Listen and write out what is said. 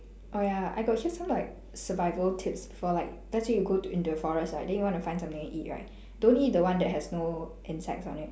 oh ya I got hear some like survival tips for like let's say you go to into the forest right then you want to find something and eat right don't eat the one that has no insects on it